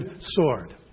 sword